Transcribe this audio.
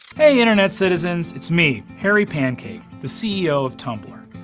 hey, internet citizens, it's me, harry pancake, the ceo of tumblr.